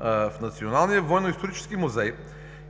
В Националния военно-исторически музей